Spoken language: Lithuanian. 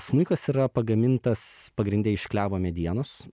smuikas yra pagamintas pagrinde iš klevo medienos